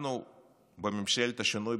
אנחנו בממשלת השינוי,